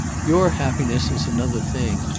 your happiness is another thing.